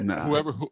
Whoever